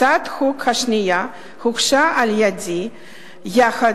הצעת החוק השנייה הוגשה על-ידי יחד